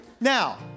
Now